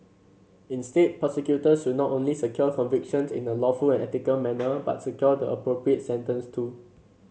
instead prosecutors should not only secure convictions in a lawful and ethical manner but secure the appropriate sentence too